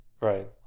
Right